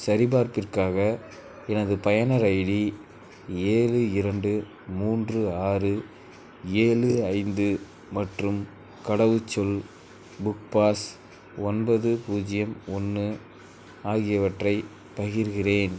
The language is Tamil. சரிபார்ப்பிற்காக எனது பயனர் ஐடி ஏழு இரண்டு மூன்று ஆறு ஏழு ஐந்து மற்றும் கடவுச்சொல் புக் பாஸ் ஒன்பது பூஜ்ஜியம் ஒன்று ஆகியவற்றைப் பகிர்கிறேன்